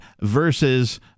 versus